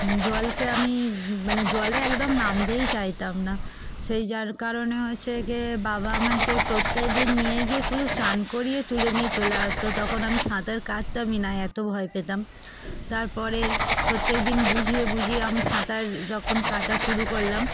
জলকে আমি মানে জলে একদম নামতেই চাইতাম না সেই যার কারণে হচ্ছে যে বাবা মাকে প্রত্যেক দিন নিয়ে গিয়ে শুধু স্নান করিয়ে তুলে নিয়ে চলে আসত তখন আমি সাঁতার কাটতামই না এত ভয় পেতাম তার পরে প্রত্যেকদিন বুঝিয়ে বুঝিয়ে আমি সাঁতার যখন কাটা শুরু করলাম